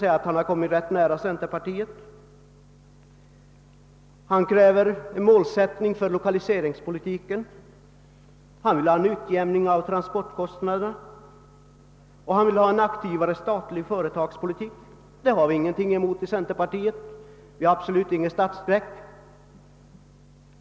Han har där kommit ganska nära centerpartiets inställning. Han kräver en målsättning för lokaliseringspolitiken, han vill ha en utjämning av transportkostnaderna och en aktivare statlig företagspolitik. Det har vi inget emot inom centerpartiet. Vi hyser absolut ingen skräck för statligt företagande.